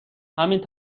همین